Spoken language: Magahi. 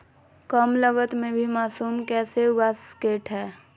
कम लगत मे भी मासूम कैसे उगा स्केट है?